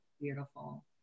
Beautiful